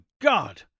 God